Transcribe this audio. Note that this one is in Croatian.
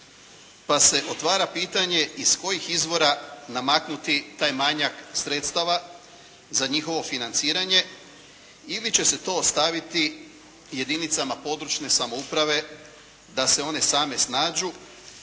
pa se otvara pitanje iz kojih izvora namaknuti taj manjak sredstava za njihovo financiranje ili će se to ostaviti jedinicama područne samouprave da se one same snađu,